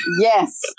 Yes